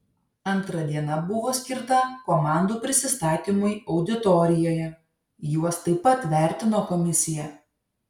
antra diena buvo skirta komandų prisistatymui auditorijoje juos taip pat vertino komisija